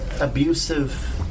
abusive